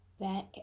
back